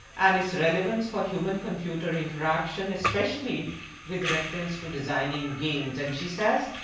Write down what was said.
and its relevance for human-computer interaction especially with reference to designing games, and she says,